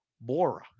Bora